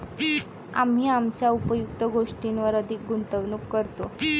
आम्ही आमच्या उपयुक्त गोष्टींवर अधिक गुंतवणूक करतो